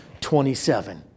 27